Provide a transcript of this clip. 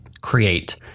create